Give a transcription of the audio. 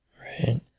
Right